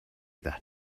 that